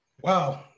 Wow